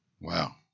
Wow